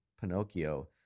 Pinocchio